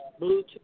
Bluetooth